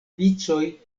vicoj